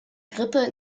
grippe